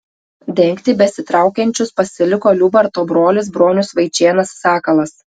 dengti besitraukiančius pasiliko liubarto brolis bronius vaičėnas sakalas